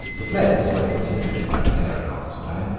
the flames were extinguished by the care of constantine,